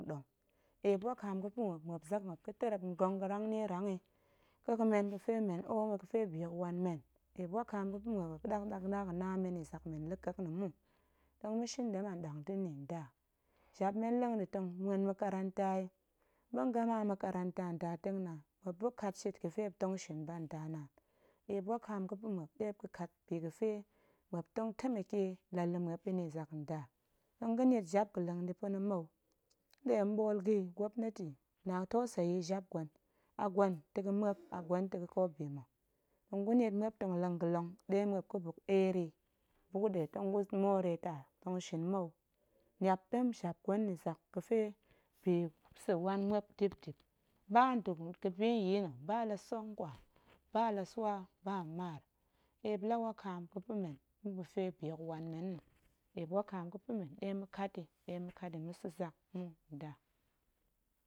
Eep wakaam ga̱pa̱ muop, muop zak muop ga̱terrep ngong rang nierang yi, ƙek men ga̱fe men ho bi hok wan men, eep wakaam ga̱ pa̱ muop, muop ɗa ga̱ɗa na men yi zak men la̱ƙek nna̱ mu, tong ma̱shin ɗem anɗang ta̱ ni nda, jap men nleng ɗi tong muen makaranta yi, muop tong gama makaranta ndatengnaan muop buk kat shit ga̱tong shin ba nda, eep wakaam ga̱pa̱ muop, ɗe muop ga̱kat bi ga̱fe muop tong temeke la lu muop yi zak, nda tong ga̱niet jap ga̱ leng ɗi pa̱na̱, hen nɗe ɓool ga̱ yi gwopnati, na teseyi jap gwen, a gwen ta̱ ga̱ muop, a gwen ta̱ ga̱ ƙo bi mma̱, tong gu niet muop tong leng ga̱long ɗe muop ga̱buk eer yi, buk gubuk tong gu moreta̱, tong shin mou jap ɗem jap gwen, niap ɗem jap gwen nna̱ zak ma̱ ga̱fe bi sa̱ wan muop dip dip, ba nda̱gu ga̱bi nyil nna̱ ba la tsongkwa, ba la swaa ba maar, eep la wakaam ga̱pa̱ men ma̱ ga̱fe bi hok wan men nna̱, eep la wakaam ga̱pa̱ men ɗe ma̱kat, ɗe ma̱kat yi ma̱sa̱ zak mu nda